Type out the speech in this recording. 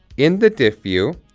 in the diff view,